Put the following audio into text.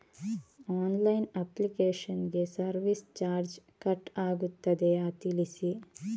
Online application ಗೆ service charge cut ಆಗುತ್ತದೆಯಾ ತಿಳಿಸಿ?